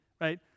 Right